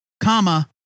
comma